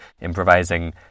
improvising